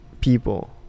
people